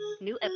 New